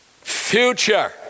future